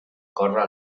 córrer